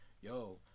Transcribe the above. yo